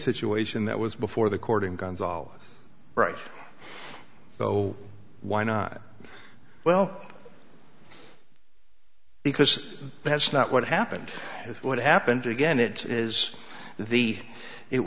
situation that was before the court in gonzales right so why not well because that's not what happened what happened again it is the it